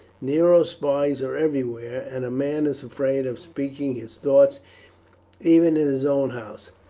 nero's spies are everywhere, and a man is afraid of speaking his thoughts even in his own house.